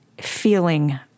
feeling